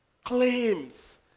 claims